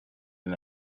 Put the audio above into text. him